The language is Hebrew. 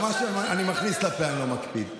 גם במה שאני מכניס לפה אני לא מקפיד.